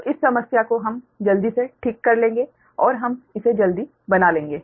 तो इस समस्या को हम जल्दी से ठीक कर लेंगे और हम इसे जल्दी बना लेंगे